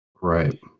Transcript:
Right